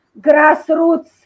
grassroots